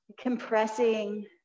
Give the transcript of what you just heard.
compressing